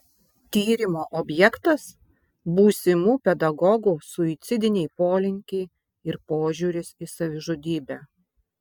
tyrimo objektas būsimų pedagogų suicidiniai polinkiai ir požiūris į savižudybę